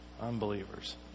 unbelievers